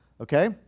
okay